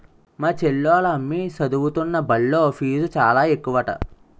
మా చెల్లోల అమ్మి సదువుతున్న బల్లో ఫీజు చాలా ఎక్కువట